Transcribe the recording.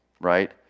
right